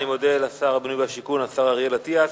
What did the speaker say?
אני מודה לשר הבינוי והשיכון, השר אריאל אטיאס.